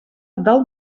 del